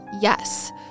yes